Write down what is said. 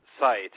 site